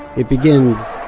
it begins,